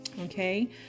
Okay